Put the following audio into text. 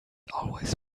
always